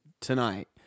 tonight